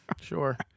sure